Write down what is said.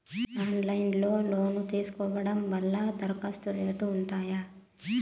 Online లో loan తీసుకోవడం వల్ల దరఖాస్తు రేట్లు ఉంటాయా?